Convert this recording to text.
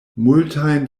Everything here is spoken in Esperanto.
multajn